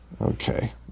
Okay